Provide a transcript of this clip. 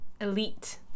Elite